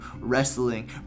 wrestling